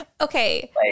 Okay